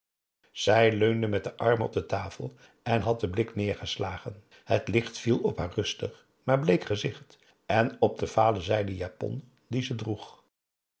zij leunde met den arm op de tafel en had den blik neêrgeslagen het licht viel op haar rustig maar bleek gezicht en op de vale zijden japon die ze droeg